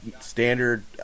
standard –